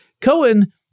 Cohen